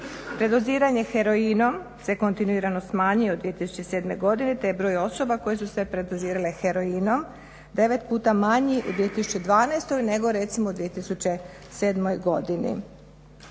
Predoziranje heroinom se kontinuirano smanjilo od 2007. godine, taj je broj osoba koje su se predozirale heroinom 9 puta manji u 2012. nego recimo u 2007. godini.